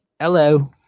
Hello